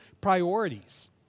priorities